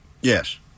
Yes